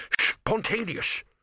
spontaneous